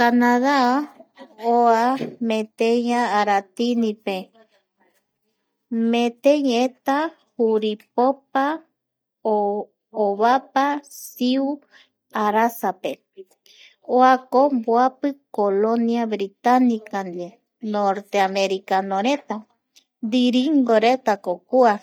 Canada oa meteia aratinipe meteieta juri popa ovapa siu arasape oako mboapi colonia Britanica ndie norte americanoreta ndiringoretako kua